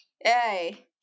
Hey